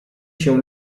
się